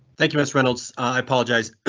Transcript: thank you. miss reynolds, i apologize,